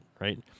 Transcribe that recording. right